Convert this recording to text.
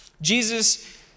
Jesus